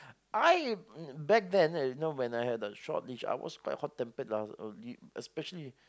I back then you know when I had a short leash I was quite hot-tempered lah especially